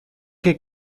que